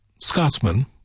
Scotsman